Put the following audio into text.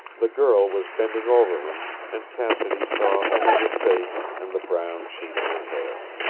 the girl was bending over him, and cassidy saw only her face, and the brown sheen of her hair.